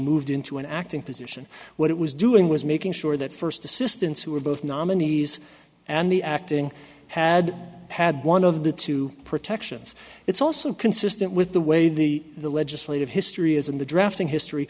moved into an acting position what it was doing was making sure that first assistants who were both nominees and the acting had had one of the two protections it's also consistent with the way the the legislative history is in the drafting history